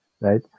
right